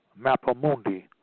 Mapamundi